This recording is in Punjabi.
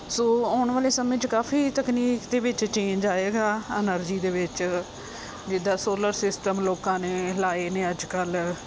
ਸੋ ਆਉਣ ਵਾਲੇ ਸਮੇਂ 'ਚ ਕਾਫੀ ਤਕਨੀਕ ਦੇ ਵਿੱਚ ਚੇਂਜ ਆਏਗਾ ਐਨਰਜੀ ਦੇ ਵਿੱਚ ਜਿੱਦਾਂ ਸੋਲਰ ਸਿਸਟਮ ਲੋਕਾਂ ਨੇ ਲਾਏ ਨੇ ਅੱਜ ਕੱਲ੍ਹ